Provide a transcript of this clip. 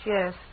Yes